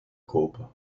kopen